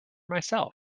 myself